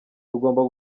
tugomba